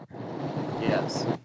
Yes